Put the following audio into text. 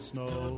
Snow